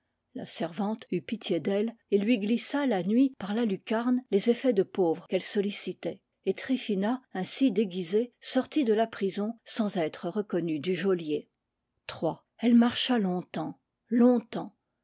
la servante eut pitié d'elle et lui glissa la nuit par la lucarne les effets de pauvre qu'elle sollicitait et tryphina ainsi déguisée sortit de la prison sans être reconnue du geôlier elle marcha longtemps longtemps